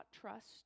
trust